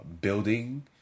building